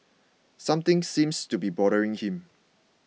something seems to be bothering him